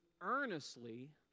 earnestly